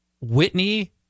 Whitney